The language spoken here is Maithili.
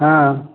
हँ